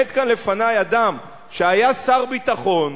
עומד כאן לפני אדם שהיה שר הביטחון,